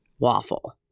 waffle